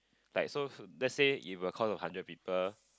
like so let's say if a cohort of hundred people